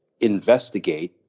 investigate